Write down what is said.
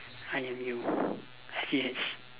I_M_U S_G_H